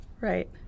Right